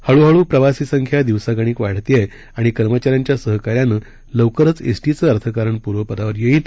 हळूहळू प्रवासी संख्या दिवसागणिक वाढत आहे आणि कर्मचाऱ्यांच्या सहकार्यानं लवकरच एसटीचं अर्थकारण पूर्वपदावर येईल